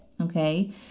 okay